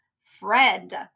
Fred